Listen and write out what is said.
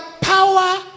power